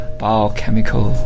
biochemical